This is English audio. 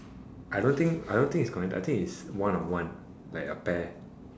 I don't think I don't think is connect I think is one on one like a pair